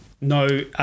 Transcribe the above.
No